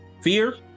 fear